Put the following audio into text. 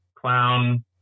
clown